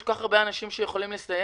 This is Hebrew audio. יש כל כך הרבה אנשים שיכולים לסייע.